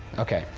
okay,